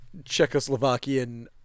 Czechoslovakian